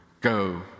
go